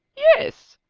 yes,